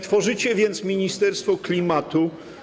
Tworzycie więc Ministerstwo Klimatu.